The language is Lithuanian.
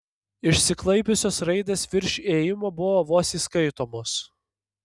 išsiklaipiusios raidės virš įėjimo buvo vos įskaitomos